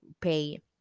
pay